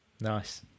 nice